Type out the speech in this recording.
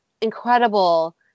incredible